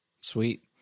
sweet